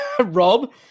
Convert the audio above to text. Rob